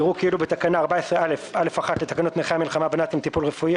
יראו כאילו בתקנה 14א(א)(1) לתקנות נכי המלחמה בנאצים (טיפול רפואי),